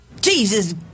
Jesus